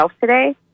today